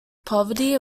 poverty